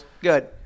good